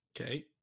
Okay